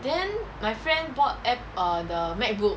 then my friend bought ap~ err the macbook